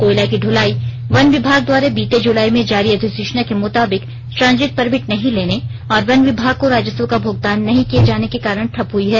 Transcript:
कोयला की द्वलाइ वन विभाग द्वारा बीते जुलाई में जारी अधिसूचना के मुताबिक ट्रांजिट परमिट नही लेने और वन विभाग को राजस्व का भुगतान नही किये जाने के कारण ठप हुई है